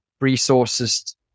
resources